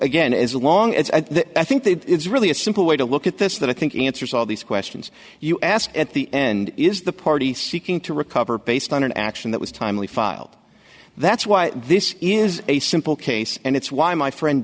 again as long as i think it's really a simple way to look at this that i think answers all these questions you ask at the end is the party seeking to recover based on an action that was timely filed that's why this is a simple case and it's why my friend